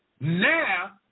Now